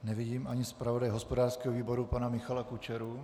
Nevidím ani zpravodaje hospodářského výboru pana Michala Kučeru.